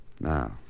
Now